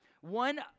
One